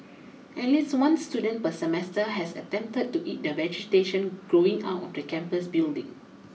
at least one student per semester has attempted to eat the vegetation growing out of the campus building